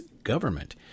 government